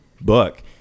book